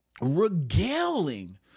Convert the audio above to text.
regaling